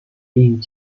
being